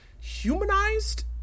humanized